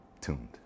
tuned